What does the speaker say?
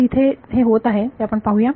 तर हे इथे होत आहे ते आपण पाहूया